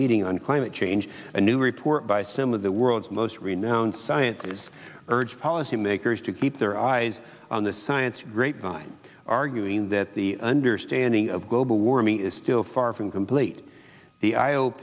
meeting on climate change a new report by simm of the world's most renowned scientists urged policymakers to keep their eyes on the science grapevine arguing that the understanding of global warming is still far from complete the